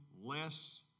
less